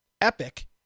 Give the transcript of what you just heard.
Epic